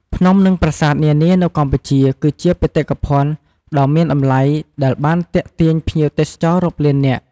ភ្នំ និងប្រាសាទនានានៅកម្ពុជា គឺជាបេតិកភណ្ឌដ៏មានតម្លៃដែលបានទាក់ទាញភ្ញៀវទេសចររាប់លាននាក់។